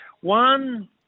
one